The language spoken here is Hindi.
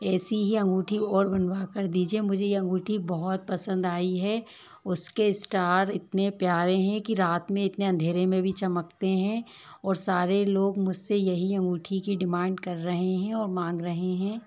ऐसी ही अंगूठी और बनवा कर दीजिए मुझे अंगूठी बहुत पसंद आई है उसके स्टार इतने प्यारे हैं कि रात में इतने अंधेरे में भी चमकते हैं और सारे लोग मुझ से यही अंगूठी की डिमांड कर रहे हैं और माँग रहे हैं